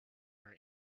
her